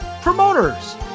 Promoters